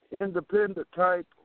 independent-type